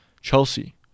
Chelsea